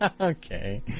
Okay